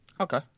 Okay